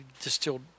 distilled